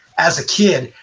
as a kid,